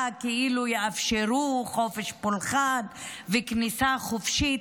כאילו יאפשרו חופש פולחן וכניסה חופשית,